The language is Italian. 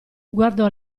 guardò